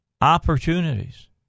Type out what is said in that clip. opportunities